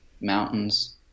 mountains